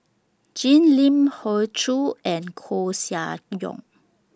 Jim Lim Hoey Choo and Koeh Sia Yong